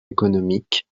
économique